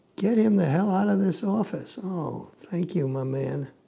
get him the hell out of this office. oh, thank you, my man.